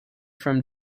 from